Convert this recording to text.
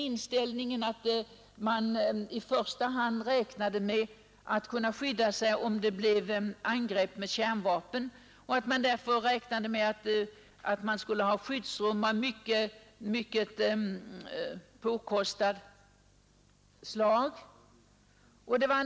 Inställningen har varit, att man måste kunna skydda sig även vid angrepp med kärnvapen; därför skulle skyddsrum av mycket påkostat slag byggas.